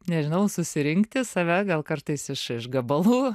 nežinau susirinkti save gal kartais iš iš gabalų